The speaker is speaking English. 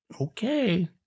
Okay